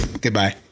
goodbye